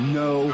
no